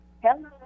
Hello